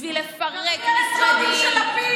בשביל לפרק משרדים,